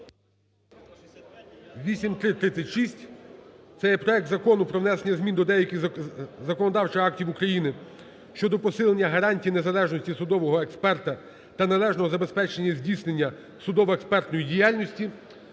8336 - це є проект Закону про внесення змін до деяких законодавчих актів України щодо посилення гарантій незалежності судового експерта та належного забезпечення здійснення судово-експертної діяльності,